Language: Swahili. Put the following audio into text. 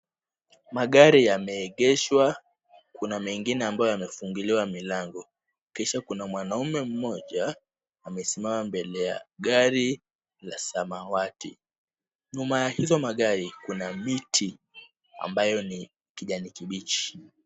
Magari yameegeshwa, kuna mengine ambayo yamefunguliwa milango, kisha kuna mwanaume mmoja, amesimama mbele ya gari la samawati. Nyuma ya hizo magari kuna miti, ambayo ni kijani kibichi.